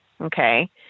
Okay